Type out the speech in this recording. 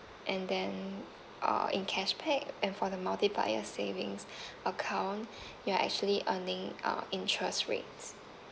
and then err in cashback and for the multiplier savings account you're actually earning uh interest rates